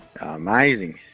Amazing